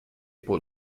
può